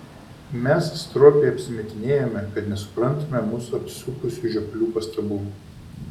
mes stropiai apsimetinėjome kad nesuprantame mus apsupusių žioplių pastabų